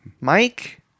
Mike